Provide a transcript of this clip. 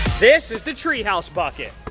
this is the treehouse bucket.